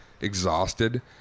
exhausted